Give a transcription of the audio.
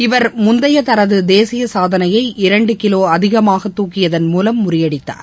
இவர் முந்தைய தனது தேசிய சாதனையை இரண்டு கிலோ அதிகமாக துக்கியதன் மூலம் முறியடித்தார்